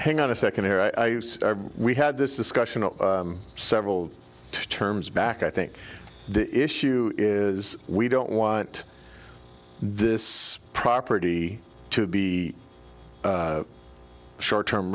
hang on a second we had this discussion several terms back i think the issue is we don't want this property to be short term